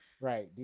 Right